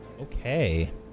Okay